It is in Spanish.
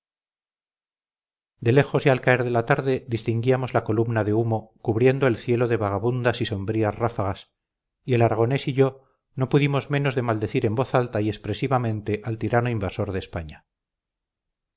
lejos y al caer de la tarde distinguíamos la columna de humo cubriendo el cielo de vagabundas y sombrías ráfagas y el aragonés y yo no pudimos menos de maldecir en voz alta y expresivamente al tirano invasor de españa